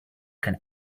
can